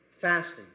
fasting